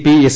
P S